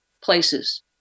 places